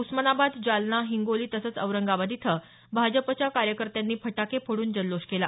उस्मानाबाद जालना हिंगोली तसंच औरंगाबाद इथं भाजपाच्या कार्यकर्त्यांनी फटाके फोडून जल्लोष केला